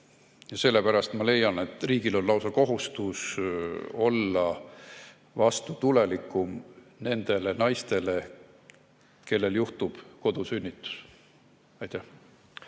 Sellepärast ma leian, et riigil on lausa kohustus olla vastutulelikum nende naiste suhtes, kellel juhtub kodusünnitus. Paul